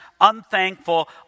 unthankful